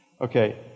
Okay